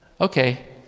okay